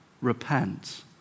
repent